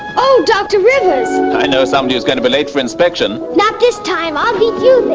oh, dr. rivers! i know somebody's going to be late for inspection. not this time, i'll beat you there!